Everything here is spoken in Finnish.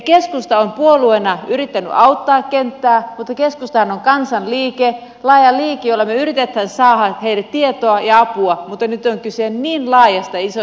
keskusta on puolueena yrittänyt auttaa kenttää mutta keskustahan on kansanliike laaja liike jolla me yritämme saada heille tietoa ja apua mutta nyt on kyse niin laajasta ja isosta asiasta